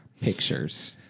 pictures